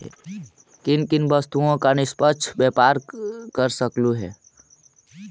किन किन वस्तुओं का निष्पक्ष व्यापार कर सकलू हे